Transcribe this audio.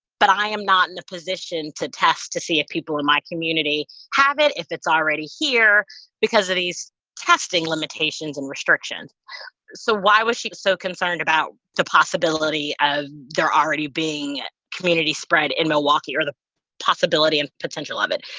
but i am not in a position to test to see if people in my community have it, if it's already here because of these testing limitations and restrictions so why was she so concerned about the possibility of there already being community spread in milwaukee or the possibility and potential of it?